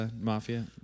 mafia